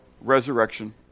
resurrection